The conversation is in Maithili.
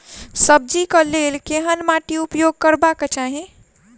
सब्जी कऽ लेल केहन माटि उपयोग करबाक चाहि?